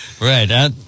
Right